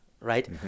right